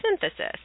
Synthesis